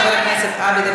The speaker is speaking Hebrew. הבן-אדם